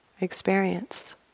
experience